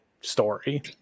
story